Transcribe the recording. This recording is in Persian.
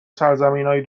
سرزمینای